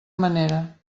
manera